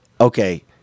Okay